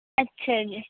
ਅੱਛਾ ਜੀ